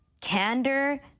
candor